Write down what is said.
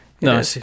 No